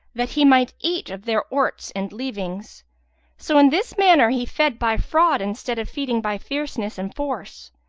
that he might eat of their orts and leavings so in this manner he fed by fraud instead of feeding by fierceness and force.